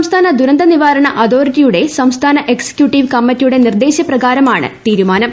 സംസ്ഥാന ദുരന്തനിവാരണ അതോറിറ്റിയുടെ സംസ്ഥാന എക്സ്സിക്യുട്ടീവ് കമ്മിറ്റിയുടെ നിർദ്ദേശ പ്രകാരമാണ് തീരുമാനം